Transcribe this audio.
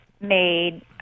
made